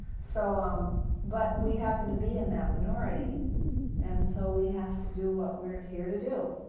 so um but we happen to be in that minority and so we have to do what we are here to do,